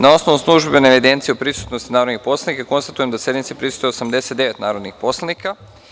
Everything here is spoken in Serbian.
Na osnovu službene evidencije o prisutnosti narodnih poslanika, konstatujem da sednici prisustvuje 89 narodnih poslanika.